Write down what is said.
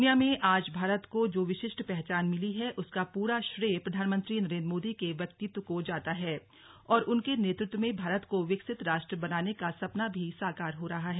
दुनिया में आज भारत को जो विशिष्ट पहचान मिली है उसका पूरा श्रेय प्रधानमंत्री नरेंद्र मोदी के व्यक्तित्व को ही जाता है और उनके नेतृत्व में भारत को विकसित राष्ट्र बनाने का सपना भी साकार हो रहा है